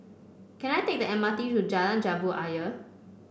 can I take the M R T to Jalan Jambu Ayer